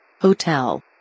Hotel